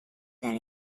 that